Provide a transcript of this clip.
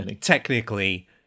Technically